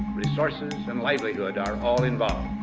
resources and livelihood are all involved.